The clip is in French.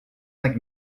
cinq